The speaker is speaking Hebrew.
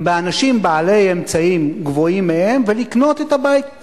באנשים בעלי אמצעים גבוהים מהם ולקנות את הבית.